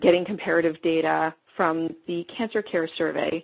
getting comparative data from the cancer care survey.